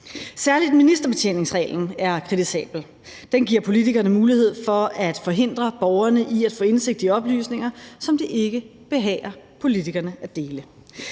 Særlig ministerbetjeningsreglen er kritisabel. Den giver politikerne mulighed for at forhindre borgerne i at få indsigt i oplysninger, som det ikke behager politikerne at dele.